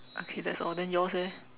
okay that's all then yours eh